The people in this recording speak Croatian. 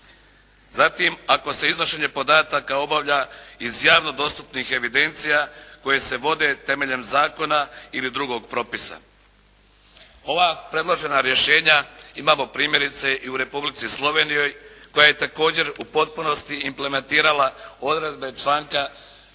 Zatim ako se iznošenje podataka obavlja iz javno dostupnih evidencija koje se vode temeljem zakona ili drugog propisa. Ova predložena rješenja imamo primjerice i u Republici Sloveniji koja je također u potpunosti implementirala odredbe članka